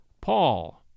Paul